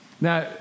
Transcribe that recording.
Now